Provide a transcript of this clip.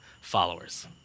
followers